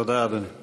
תודה, אדוני.